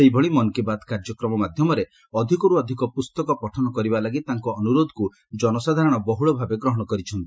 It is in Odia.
ସେହିଭଳି ମନ୍ କୀ ବାତ୍ କାର୍ଯ୍ୟକ୍ରମ ମାଧ୍ୟମରେ ଅଧିକର୍ ଅଧିକ ପ୍ରସ୍ତକ ପଠନ କରିବା ଲାଗି ତାଙ୍କ ଅନୁରୋଧକୁ ଜନସାଧାରଣ ବହ୍ରଳଭାବେ ଗ୍ରହଣ କରିଛନ୍ତି